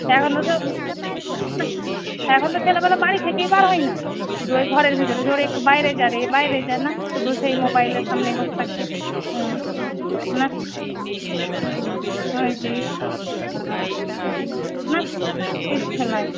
এখনও তো নাহ এখন তো ছেলেপিলে বাড়ির থেকেই বার হয় না যে ওই ঘরের ভিতরে ওরে একটু বাইরে যা রে বাইরে যা নাহ শুধু সেই মোবাইলের সামনে বসে থাকছে হুম নাহ হুম আর কি না নাহ কিচ্ছু না